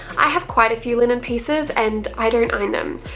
i have quite a few linen pieces and i don't iron them.